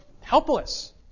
helpless